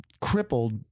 crippled